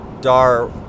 Dar